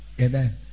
Amen